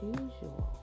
usual